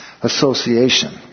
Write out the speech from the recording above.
association